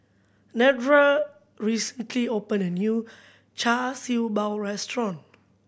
Nedra recently opened a new Char Siew Bao restaurant